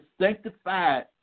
sanctified